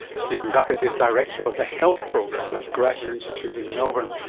stephen duckett is director of the health program at the grattan institute in melbourne.